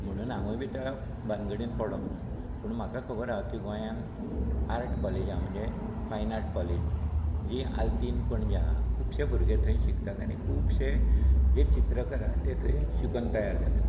म्हुणून हांवें बीन त्या भानगडीन पडूंक ना पूण म्हाका खबर आसा की गोंयांत आर्ट कॉलेज आसा म्हणजे फायन आर्ट कॉलेज ही आल्तीन पणजे आसा खूबशें भुरगे थंय शिकतात आनी खूबशें जे चित्रकला आसा ते थंय शिकून तयार जाल्या